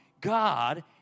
God